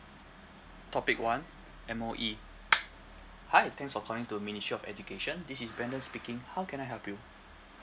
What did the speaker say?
topic one M_O_E hi thanks for calling to ministry of education this is brandon speaking how can I help you